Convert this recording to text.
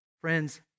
Friends